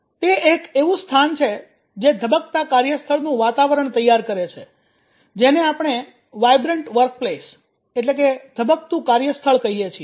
તે એક એવું સ્થાન છે જે ધબકતા કાર્યસ્થળનું વાતાવરણ તૈયાર કરે છે જેને આપણે વાઇબ્રેન્ટ વર્કપ્લેસ ધબકતું કાર્યસ્થળ કહીએ છીએ